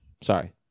sorry